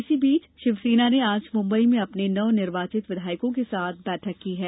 इसी बीच शिवसेना ने आज मुम्बई में अपने नवनिर्वाचित विधायकों के साथ बैठक की है